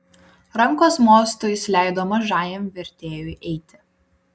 rankos mostu jis leido mažajam vertėjui eiti